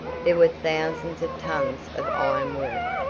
there were thousands of tons of ironwork,